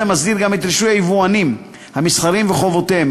פרק זה מסדיר את רישוי היבואנים המסחריים ואת חובותיהם.